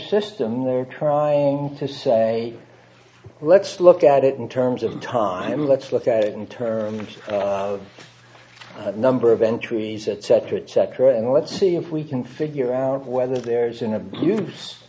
system they're trying to say let's look at it in terms of time let's look at it in terms of number of entries et cetera et cetera and let's see if we can figure out whether there's an abuse